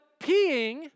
peeing